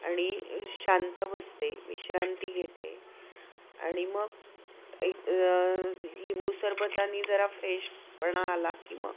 आणि शांत बसते विश्रांती घेते आणि मग एक लिंबू सरबताने जरा फ्रेशपणा आला की मग